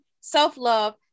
self-love